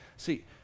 See